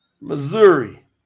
Missouri